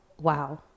Wow